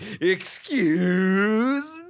excuse